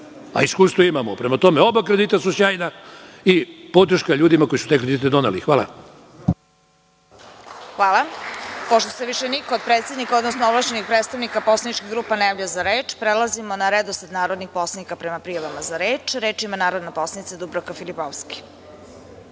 a iskustvo imamo. Prema tome, oba kredita su sjajna i podrška ljudima koji su te kredite doneli. Hvala. **Vesna Kovač** Pošto se više niko od predsednika, odnosno ovlašćenih predstavnika poslaničkih grupa ne javlja za reč, prelazimo na redosled narodnih poslanika prema prijavama za reč. Reč ima narodna poslanica Dubravka Filipovski.